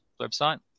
website